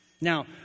Now